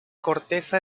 corteza